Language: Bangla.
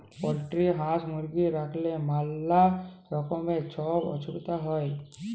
পলটিরি হাঁস, মুরগি রাইখলেই ম্যালা রকমের ছব অসুবিধা হ্যয়